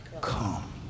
come